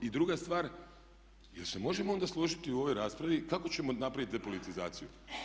I druga stvar, jer se možemo onda složiti u ovoj raspravi kako ćemo napraviti depolitizaciju?